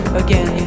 again